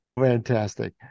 Fantastic